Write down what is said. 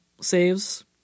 Saves